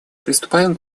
приступаем